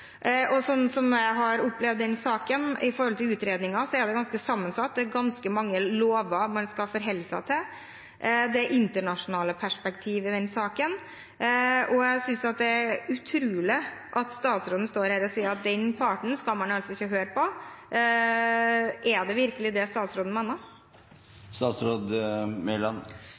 Og sånn som jeg har opplevd denne saken – utredningen – er den ganske sammensatt. Det er ganske mange lover man skal forholde seg til. Det er internasjonale perspektiv i denne saken, og jeg synes at det er utrolig at statsråden står her og sier at den parten skal man altså ikke høre på. Er det virkelig det statsråden